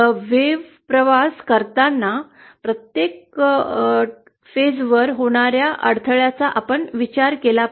लाट प्रवास करताना प्रत्येक टप्प्यावर होणाऱ्या अडथळ्याचा आपण विचार केला पाहिजे